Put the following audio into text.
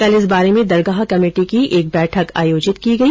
कल इस बारे में दरगाह कमेटी की एक बैठक आयोजित की गई